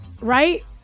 right